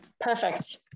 Perfect